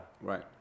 right